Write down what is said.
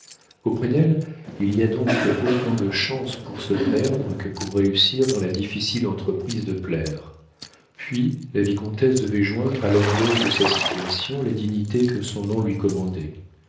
auprès d'elles il y a donc autant de chances pour se perdre que pour réussir dans la difficile entreprise de plaire puis la vicomtesse devait joindre à l'orgueil de sa situation la dignité que son nom lui commandait